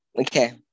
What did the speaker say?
okay